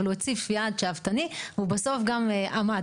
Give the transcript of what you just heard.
אבל הוא הציף יעד שאפתני והוא בסוף גם עמד